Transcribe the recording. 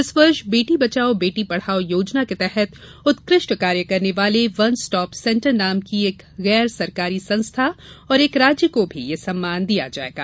इस वर्ष बेटी बचाओ बेटी पढ़ाओ योजना के तहत उत्कृष्ट कार्य करने वाले वन स्टॉप सेंटर नाम की एक गैर सरकारी संस्था और एक राज्य को भी यह सम्मान दिया जायेगा